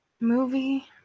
movie